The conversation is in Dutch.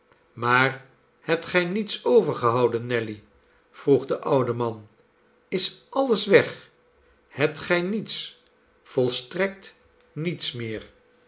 maar hebt gij niets overgehouden nelly vroeg de oude man is alles weg hebt gij niets volstrekt niets meer